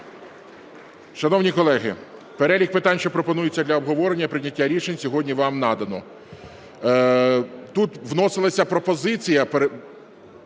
Шановні колеги, перелік питань, що пропонуються для обговорення і прийняття рішень сьогодні, вам надано. Тут вносилася пропозиція.